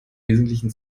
wesentlichen